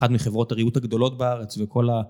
אחת מחברות הריהוט הגדולות בארץ וכל ה...